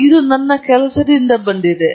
ಇದು ನಾನು ಮಾಡಿದ ಕೆಲಸದಿಂದ ಬಂದಿದೆ